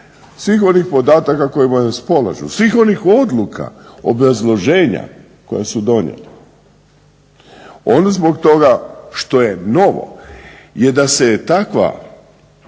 svih onih podataka kojima raspolažu, svih onih odluka, obrazloženja koja su donijeta. …/Govornik se ne razumije./… što je novo je da se takva